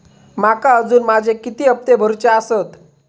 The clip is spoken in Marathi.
माका अजून माझे किती हप्ते भरूचे आसत?